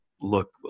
look